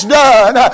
done